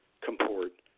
comport